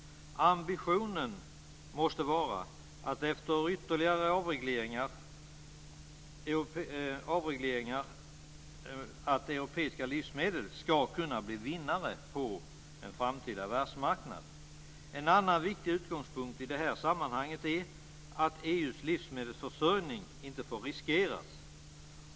Ambitionen måste vara att, efter ytterligare avregleringar, europeiska livsmedel ska bli vinnande på världsmarknaden. En annan viktig utgångspunkt i detta sammanhang är att EU:s livsmedelsförsörjning inte får riskeras.